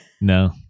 no